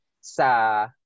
sa